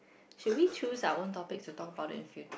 should we choose our own topics to talk about in the future